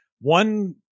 One